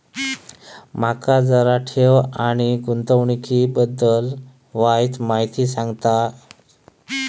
माका जरा ठेव आणि गुंतवणूकी बद्दल वायचं माहिती सांगशात?